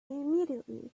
immediately